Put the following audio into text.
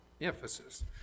emphasis